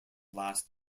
last